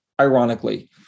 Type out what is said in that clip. ironically